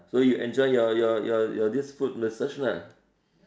so you enjoy your your your your this foot massage lah